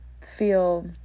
feel